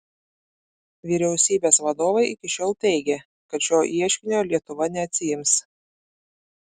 vyriausybės vadovai iki šiol teigė kad šio ieškinio lietuva neatsiims